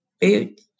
boot